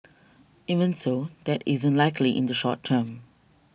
even so that isn't likely in the short term